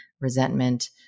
resentment